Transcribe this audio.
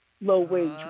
low-wage